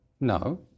No